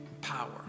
power